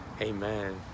Amen